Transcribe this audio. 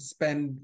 Spend